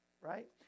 right